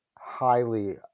highly